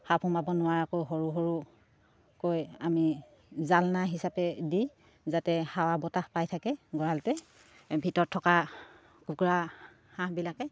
সাপ সোমাব নোৱাৰাকৈ সৰু সৰুকৈ আমি জালনা হিচাপে দি যাতে হাৱা বতাহ পাই থাকে গঁৰালতে ভিতৰত থকা কুকুৰা হাঁহবিলাকে